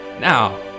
Now